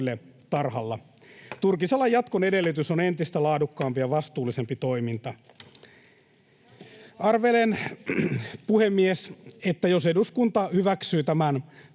Turkisalan jatkon edellytys on entistä laadukkaampi ja vastuullisempi toiminta. [Jenna Simulan välihuuto] Arvelen, puhemies, että jos eduskunta hyväksyy tämän